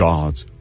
God's